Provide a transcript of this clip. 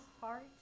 heart